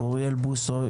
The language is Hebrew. אוריאל בוסו,